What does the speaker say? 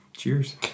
Cheers